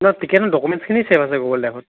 ticket ডক'মেণ্টচখিনি save আছে Google ড্ৰাইভত